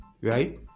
right